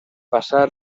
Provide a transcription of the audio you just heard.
pasar